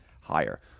higher